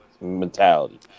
mentality